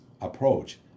approach